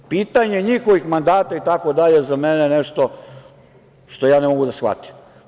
Pitanje njihovih mandata itd. za mene je nešto što ne mogu da shvatim.